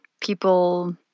people